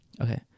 Okay